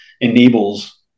enables